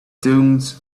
dunes